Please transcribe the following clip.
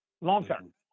long-term